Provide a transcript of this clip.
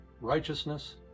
righteousness